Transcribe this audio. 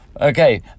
Okay